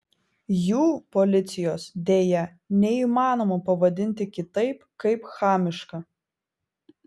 jų policijos deja neįmanoma pavadinti kitaip kaip chamiška